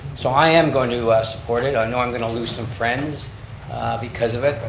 so i am going to support it, i know i'm going to lose some friends because of it, but